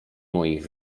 moich